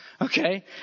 okay